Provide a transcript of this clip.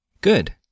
Good